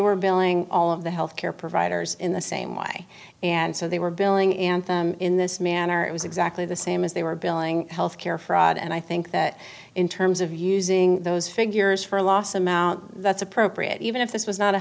were billing all of the health care providers in the same way and so they were billing and in this manner it was exactly the same as they were billing health care fraud and i think that in terms of using those figures for a loss amount that's appropriate even if this was not a